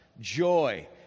joy